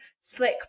slick